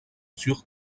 sur